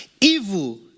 evil